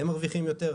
הם מרוויחים יותר,